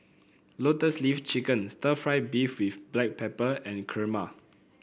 Lotus Leaf Chicken stir fry beef with Black Pepper and kurma